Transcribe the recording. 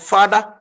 Father